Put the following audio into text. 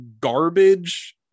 garbage